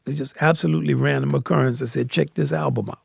just absolutely random occurrences, said, check this album. ah